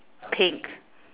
pink